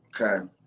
okay